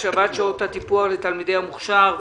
הסעיף האחרון בנושא: השבת שעות הטיפוח לתלמידי המוכש"ר,